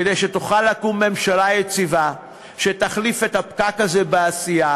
כדי שתוכל לקום ממשלה יציבה שתחליף את הפקק הזה בעשייה,